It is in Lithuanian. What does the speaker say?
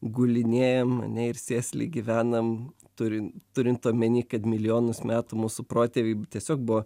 gulinėjam ane ir sėsliai gyvenam turint turint omeny kad milijonus metų mūsų protėviai tiesiog buvo